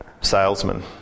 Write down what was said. salesman